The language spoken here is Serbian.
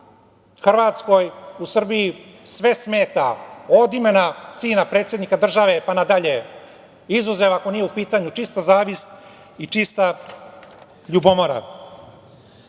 Hrvatskoj u Srbiji sve smeta, od imena sina predsednika države, pa na dalje, izuzev ako nije u pitanju čista zavist i čista ljubomora. Ono